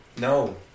No